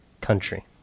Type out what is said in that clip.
country